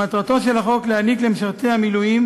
מטרתו של החוק להעניק למשרתי המילואים,